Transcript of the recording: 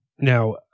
Now